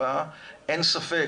אין ספק